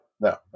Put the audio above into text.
No